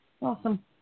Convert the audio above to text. Awesome